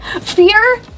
Fear